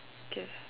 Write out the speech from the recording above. okay